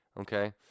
Okay